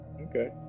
Okay